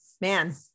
man